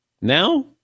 now